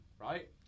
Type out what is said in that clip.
right